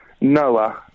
Noah